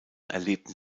erlebten